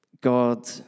God